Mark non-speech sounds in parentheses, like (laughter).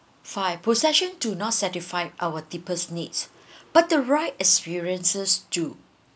five possession do not satisfied our deepest needs (breath) but the right experiences do